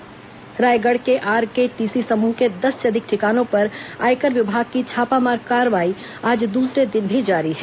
आयकर छापा रायगढ़ के आरकेटीसी समूह के दस से अधिक ठिकानों पर आयकर विभाग की छापामार कार्रवाई आज दुसरे दिन भी जारी है